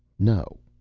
no.